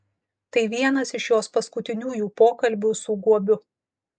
tai vienas iš jos paskutiniųjų pokalbių su guobiu